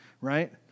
right